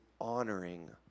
honoring